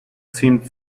seemed